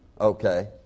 Okay